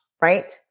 right